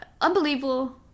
unbelievable